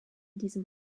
diesem